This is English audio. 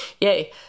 yay